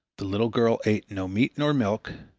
the little girl ate no meat nor milk.